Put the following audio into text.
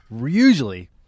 usually